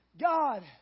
God